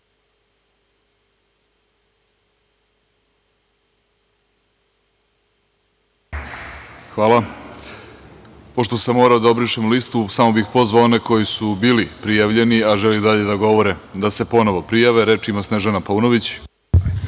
Orlić** Pošto sam morao da obrišem listu, samo bih pozvao one koji su bili prijavljeni, a žele i dalje da govore, da se ponovo prijave. Reč ima Snežana Paunović.